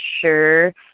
sure